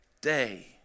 day